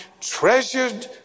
treasured